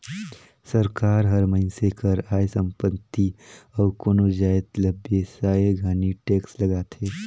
सरकार हर मइनसे कर आय, संपत्ति अउ कोनो जाएत ल बेसाए घनी टेक्स लगाथे